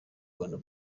rwanda